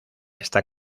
está